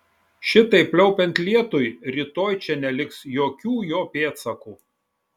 šitaip pliaupiant lietui rytoj čia neliks jokių jo pėdsakų